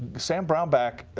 sam brownback,